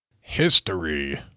History